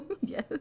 Yes